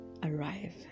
arrive